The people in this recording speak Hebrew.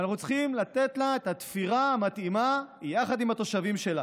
ואנחנו צריכים לתת לה את התפירה המתאימה יחד עם התושבים שלה.